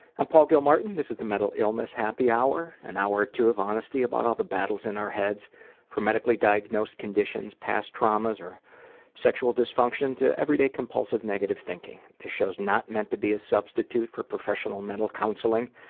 i'm paul gilmartin. this is the mental illness happy hour an hour or two of honesty about all the battles in our heads from medically diagnosed conditions, past traumas, or sexual dysfunction to everyday compulsive, negative thinking. this show's not meant to be a substitute for professional mental counseling.